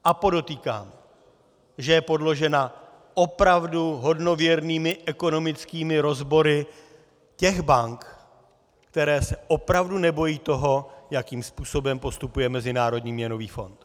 A podotýkám, že je podložená hodnověrnými ekonomickými rozbory těch bank, které se opravdu nebojí toho, jakým způsobem postupuje Mezinárodní měnový fond.